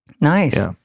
Nice